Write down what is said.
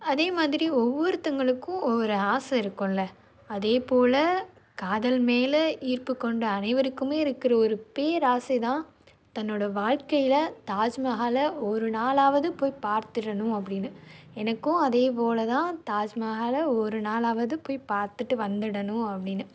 அதே மாதிரி ஒவ்வொருத்தவங்களுக்கும் ஒவ்வொரு ஆசை இருக்கும்ல அதே போல காதல் மேல் ஈர்ப்பு கொண்ட அனைவருக்குமே இருக்கிற ஒரு பேராசை தான் தன்னோட வாழ்க்கையில் தாஜ்மஹாலை ஒரு நாளாவது போய் பார்த்துடனும் அப்படினு எனக்கும் அதே போல் தான் தாஜ்மஹாலை ஒரு நாளாவது போய் பார்த்துட்டு வந்துடணும் அப்படினு